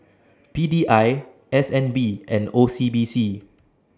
P D I S N B and O C B C